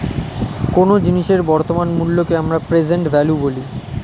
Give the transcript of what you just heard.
কোনো জিনিসের বর্তমান মূল্যকে আমরা প্রেসেন্ট ভ্যালু বলি